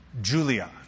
Julia